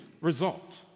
result